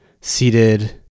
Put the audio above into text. seated